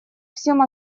всем